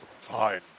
Fine